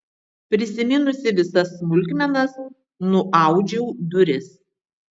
prisiminusi visas smulkmenas nuaudžiau duris